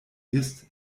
ist